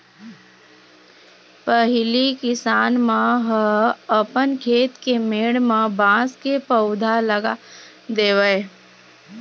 पहिली किसान मन ह अपन खेत के मेड़ म बांस के पउधा लगा देवय